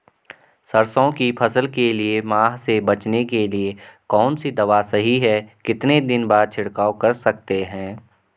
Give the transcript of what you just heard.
सरसों की फसल के लिए माह से बचने के लिए कौन सी दवा सही है कितने दिन बाद छिड़काव कर सकते हैं?